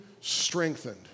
strengthened